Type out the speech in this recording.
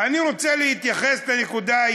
אני רוצה להתייחס לנקודה,